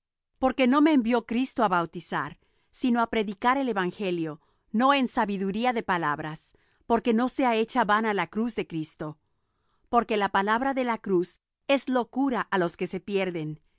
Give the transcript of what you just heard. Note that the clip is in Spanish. porque no me envió cristo á bautizar sino á predicar el evangelio no en sabiduría de palabras porque no sea hecha vana la cruz de cristo porque la palabra de la cruz es locura á los que se pierden